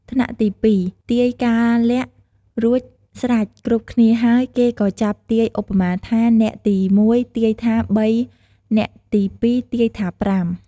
ថ្នាក់ទី ២ ទាយ កាលលាក់រួចស្រេចគ្រប់គ្នាហើយ គេក៏ចាប់ទាយ ឧបមាថា អ្នកទី ១ ទាយថា ៣ អ្នកទី ២ ទាយថា ៥។